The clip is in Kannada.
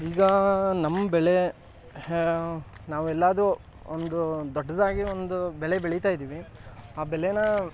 ಈಗ ನಮ್ಮ ಬೆಳೆ ನಾವು ಎಲ್ಲಾದರೂ ಒಂದು ದೊಡ್ಡದಾಗಿ ಒಂದು ಬೆಳೆ ಬೆಳಿತಾ ಇದ್ದೀವಿ ಆ ಬೆಳೆನ